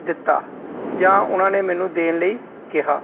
ਦਿੱਤਾ ਜਾਂ ਉਹਨਾਂ ਨੇ ਮੈਨੂੰ ਦੇਣ ਲਈ ਕਿਹਾ